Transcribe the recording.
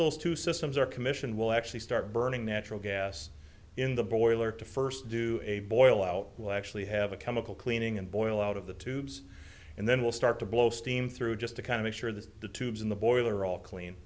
those two systems the commission will actually start burning natural gas in the boiler to first do a boil out will actually have a chemical cleaning and boil out of the tubes and then will start to blow steam through just to kind of ensure that the tubes in the boiler are all clean